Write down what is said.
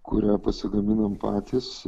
kurią pasigaminam patys